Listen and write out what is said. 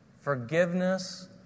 Forgiveness